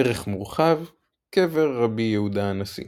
ערך מורחב – קבר רבי יהודה הנשיא